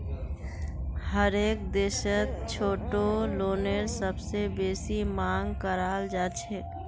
हरेक देशत छोटो लोनेर सबसे बेसी मांग कराल जाछेक